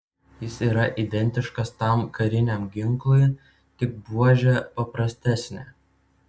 jis yra identiškas tam kariniam ginklui tik buožė paprastesnė